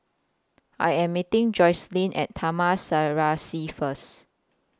I Am meeting Joycelyn At Taman Serasi First